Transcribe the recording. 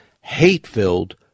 Hate-filled